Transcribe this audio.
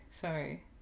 sorry